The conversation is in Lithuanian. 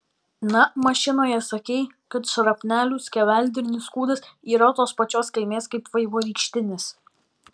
na mašinoje sakei kad šrapnelių skeveldrinis kūnas yra tos pačios kilmės kaip vaivorykštinis